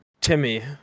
Timmy